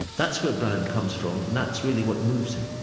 that's where brown comes from and that's really what moves him.